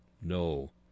No